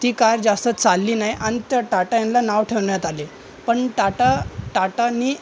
ती कार जास्त चालली नाही आणि त्या टाटा यांना नाव ठेवण्यात आले पण टाटा टाटांनी